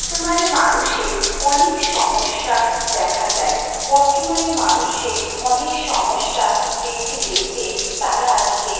বর্তমানে মানুষের অনেক সমস্যা দেখা যায় বর্তমানে মানুষে অনেক সমস্যা দেখতে দেখতে তারা আজকে